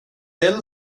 gäller